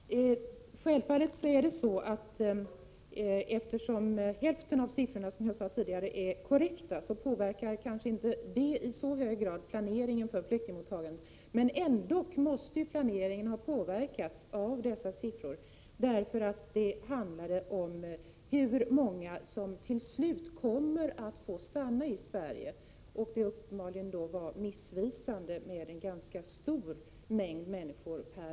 rörande statslösa AE å : a Fru talman! Det är självfallet så, att eftersom hälften av siffrorna — som jag palestinier tidigare påpekade — är korrekta, påverkar de kanske inte i så hög grad planeringen för flyktingmottagandet. Ändock måste planeringen ha påverkats av de för höga siffrorna — de var uppenbarligen missvisande med en ganska stor grupp av människor per år — eftersom det handlade om hur många människor som till sist skulle få stanna i Sverige.